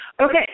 Okay